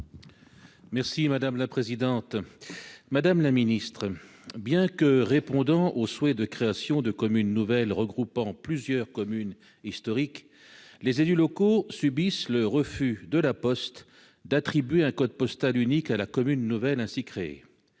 Merci madame la présidente, madame la ministre, bien que répondant au souhait de création de commune nouvelle regroupant plusieurs communes historique, les élus locaux subissent le refus de la Poste d'attribuer un code postal unique la la commune nouvelle ainsi créée,